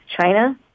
China